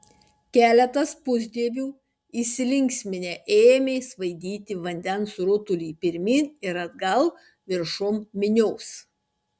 keletas pusdievių įsilinksminę ėmė svaidyti vandens rutulį pirmyn ir atgal viršum minios